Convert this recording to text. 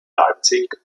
leipzig